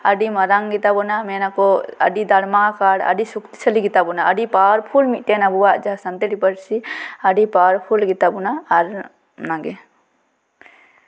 ᱟᱹᱰᱤ ᱢᱟᱨᱟᱝ ᱜᱮᱛᱟᱵᱚᱱᱟ ᱢᱮᱱᱟ ᱠᱚ ᱟᱹᱰᱤ ᱫᱟᱬᱢᱟᱠᱟᱲ ᱟᱹᱰᱤ ᱥᱚᱠᱛᱤᱥᱟᱹᱞᱤ ᱜᱮᱛᱟᱵᱚᱱᱟ ᱟᱹᱰᱤ ᱯᱟᱣᱟᱨᱯᱷᱩᱞ ᱢᱤᱫᱴᱮᱱ ᱟᱵᱚᱣᱟᱜ ᱡᱟᱦᱟᱸ ᱥᱟᱱᱛᱟᱞᱤ ᱯᱟᱹᱨᱥᱤ ᱟᱹᱰᱤ ᱯᱟᱣᱟᱨᱯᱷᱩᱞ ᱢᱤᱫᱴᱮᱱ ᱟᱵᱚᱣᱟᱜ ᱡᱟᱦᱟᱸ ᱥᱟᱱᱛᱟᱲᱤ ᱯᱟᱹᱨᱥᱤ ᱟᱹᱰᱤ ᱯᱟᱣᱟᱨᱯᱷᱩᱞ ᱜᱮᱛᱟᱵᱚᱱᱟ ᱟᱨ ᱚᱱᱟᱜᱮ